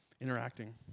interacting